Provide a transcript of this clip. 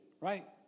Right